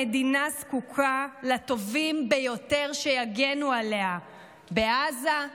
המדינה זקוקה לטובים ביותר שיגנו עליה בעזה,